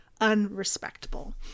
unrespectable